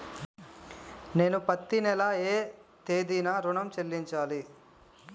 నేను పత్తి నెల ఏ తేదీనా ఋణం చెల్లించాలి?